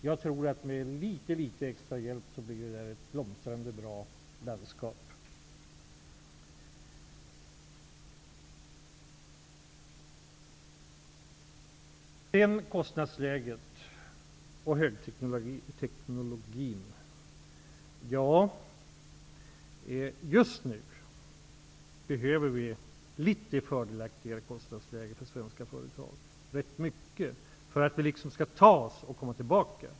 Jag tror att med litet, litet extra hjälp kommer det att bli ett blomstrande och bra landskap. Beträffande kostnadsläget och högteknologin behöver vi just nu ett ganska mycket fördelaktigare kostnadsläge för svenska företag för att man skall kunna komma tillbaka.